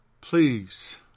Please